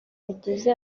bigize